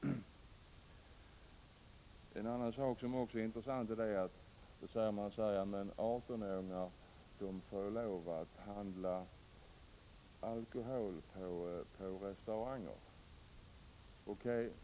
En annan sak som är intressant är att många människor säger att 18-åringar ju får lov att handla alkohol på restaurang.